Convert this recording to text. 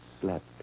slept